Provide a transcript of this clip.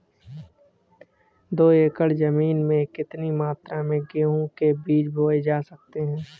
दो एकड़ भूमि में कितनी मात्रा में गेहूँ के बीज बोये जा सकते हैं?